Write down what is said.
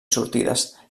sortides